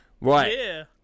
right